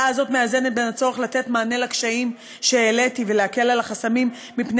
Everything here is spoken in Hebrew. הצעה זו מאזנת בין הצורך לתת מענה לקשיים שהעליתי ולהקל את החסמים מפני